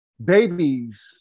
Babies